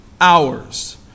hours